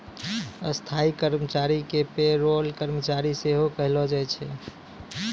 स्थायी कर्मचारी के पे रोल कर्मचारी सेहो कहलो जाय छै